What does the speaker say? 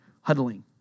huddling